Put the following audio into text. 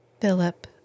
Philip